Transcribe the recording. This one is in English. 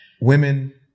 Women